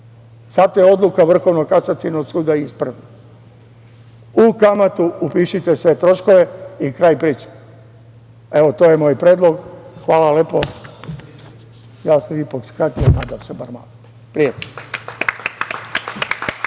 Zato je odluka Vrhovnog kasacionog suda ispravna. U kamatu upišite sve troškove i kraj priče. Evo, to je moj predlog. Hvala lepo. Skratio sam, nadam se, bar malo. Prijatno.